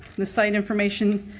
the site information.